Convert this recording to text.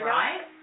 right